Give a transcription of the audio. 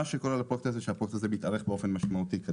הפרויקט הזה יתארך באופן משמעותי.